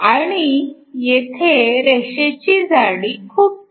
आणि येथे रेषेची जाडी खूप कमी आहे